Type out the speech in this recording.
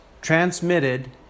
transmitted